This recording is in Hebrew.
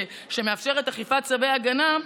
שמאפשרת אכיפת צווי הגנה,